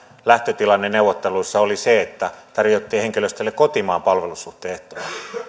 lähtötilanne neuvotteluissa oli se että tarjottiin henkilöstölle kotimaan palvelussuhteen ehtoja